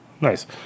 Nice